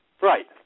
Right